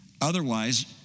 Otherwise